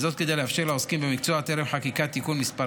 כדי לאפשר לעוסקים במקצוע טרם חקיקת תיקון מס'